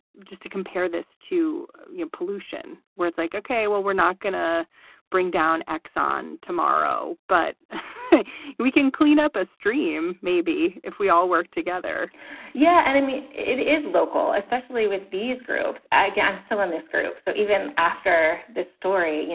just to compare this to your pollution, where it's like, ok, well, we're not going to bring down x on tomorrow, but we can clean up a stream maybe if we all work together yeah. and i mean, it is local, especially with these groups, i guess, still in this group. so even after this story, you